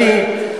אגב,